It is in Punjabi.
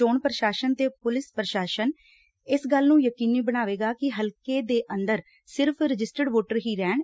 ਚੋਣ ਪ੍ਸ਼ਾਸਨ ਤੇ ਪੁਲਿਸ ਪ੍ਸ਼ਾਸਨ ਇਸ ਗੱਲ ਨੂੰ ਯਕੀਨੀ ਬਣਾਏਗਾ ਕਿ ਹਲਕੇ ਦੇ ਅੰਦਰ ਸਿਰਫ਼ ਰਜਿਸਟੈਡ ਵੋਟਰ ਹੀ ਰਹਿਣ